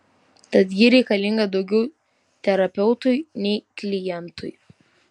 tad ji reikalinga daugiau terapeutui nei klientui